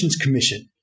Commission